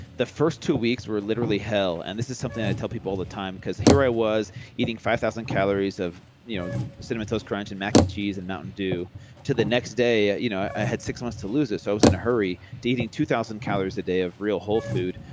the first two weeks were literally hell, and this is something that i tell people all the time because here i was eating five thousand calories of you know cinnamon toast crunch and mac and cheese and mountain dew to the next day, ah you know i had six months to lose it. so i was in a hurry to eating two thousand calories a day of real whole food.